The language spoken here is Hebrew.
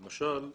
למשל,